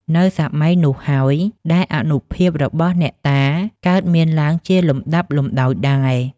នៅសម័យនោះហើយ ដែលអានុភាពរបស់អ្នកតា កើតមានឡើងជាលំដាប់លំដោយដែរ ។